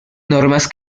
normas